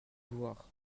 voir